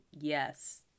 yes